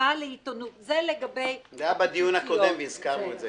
החשיפה לעיתונות --- זה היה בדיון הקודם והזכרנו את זה,